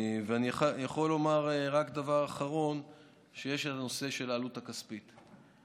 אני יכול לומר רק דבר אחרון בנושא של העלות הכספית.